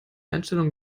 einstellung